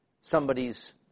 somebody's